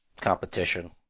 competition